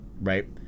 right